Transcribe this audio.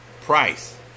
Price